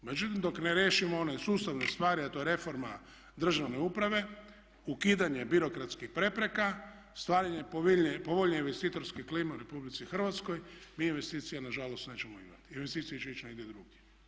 Međutim dok ne riješimo one sustavne stvari a to je reforma državne uprave, ukidanje birokratskih prepreka, stvaranje povoljnije investitorske klime u Republici Hrvatskoj mi investicije nažalost nećemo imati, investicije će ići negdje drugdje.